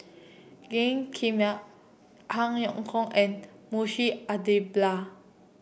Gan Kim Han Yong Hong and Munshi Abdullah